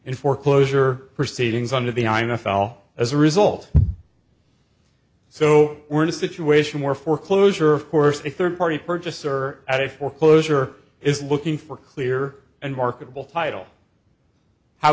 in foreclosure proceedings under the nine f l as a result so we're in a situation where foreclosure of course a third party purchaser at a foreclosure is looking for clear and marketable title how